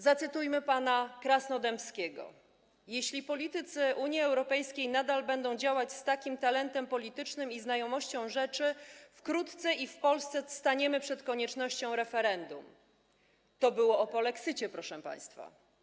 Zacytujmy pana Krasnodębskiego: jeśli politycy Unii Europejskiej nadal będą działać z takim talentem politycznym i znajomością rzeczy, wkrótce i w Polsce staniemy przed koniecznością referendum - to było o polexicie, proszę państwa.